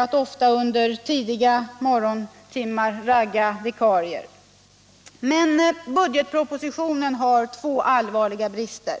att ofta under tidiga morgontimmar ragga vikarier. Men budgetpropositionen har två allvarliga brister.